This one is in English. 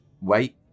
wait